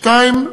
דבר שני,